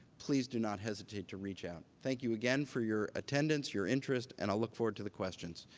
please do not hesitate to reach out. thank you again for your attendance, your interest, and i'll look forward to the questions.